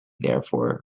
therefore